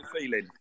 feeling